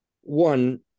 One